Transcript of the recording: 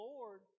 Lord